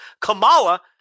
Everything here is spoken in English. Kamala